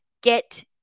get